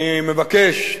אני מבקש,